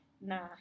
Nah